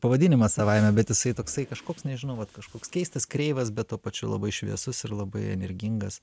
pavadinimas savaime tasai toksai kažkoks nežinau vat kažkoks keistas kreivas bet tuo pačiu labai šviesus ir labai energingas